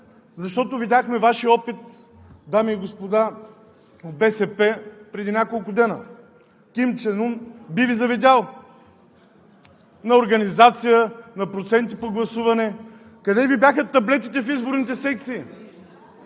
Защото видяхме Вашия опит, дами и господа от БСП, преди няколко дни. Ким Чен Ун би Ви завидял на организация, на проценти по гласуване! Къде Ви бяха таблетите в изборните секции?